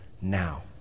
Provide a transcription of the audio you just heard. now